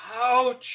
Ouch